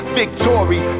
victory